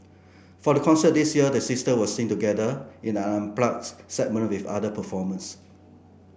for the concert this year the sister will sing together in an unplugged segment with other performers